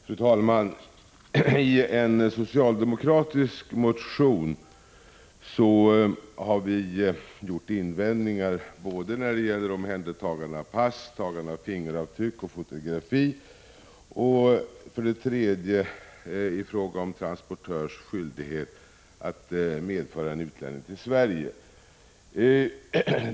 Fru talman! I en socialdemokratisk motion har vi gjort invändningar när det gäller omhändertagande av pass, tagande av fingeravtryck och fotografering. Vi har också gjort invändningar beträffande transportörs skyldighet att medföra en utlänning till Sverige.